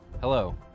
Hello